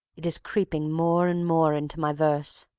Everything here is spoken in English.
it is creeping more and more into my verse.